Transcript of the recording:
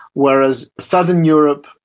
whereas southern europe,